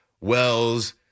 Wells